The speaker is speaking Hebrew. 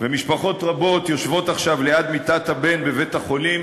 ומשפחות רבות יושבות עכשיו ליד מיטת הבן בבית-החולים,